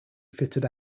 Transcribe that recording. fitted